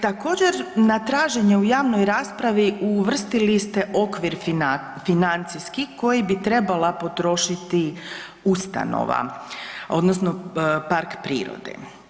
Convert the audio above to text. Također na traženje u javnoj raspravi uvrstili ste okvir financijski koji bi trebala potrošiti ustanova odnosno park prirode.